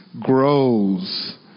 grows